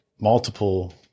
multiple